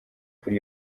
kuri